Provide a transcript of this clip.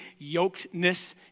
yokedness